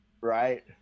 right